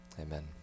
Amen